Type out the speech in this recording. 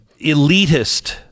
elitist